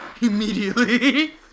Immediately